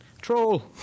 Troll